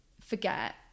forget